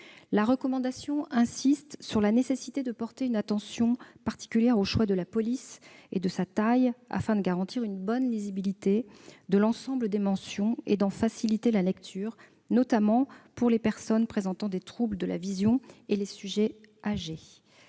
orale solide. Elle insiste sur la nécessité de porter une attention particulière au choix de la police et de sa taille, afin de garantir la bonne lisibilité de l'ensemble des mentions et d'en faciliter la lecture, notamment par les personnes présentant des troubles de la vision et les sujets âgés.